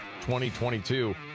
2022